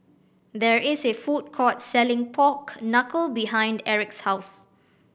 there is a food court selling pork knuckle behind Eric's house